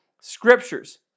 scriptures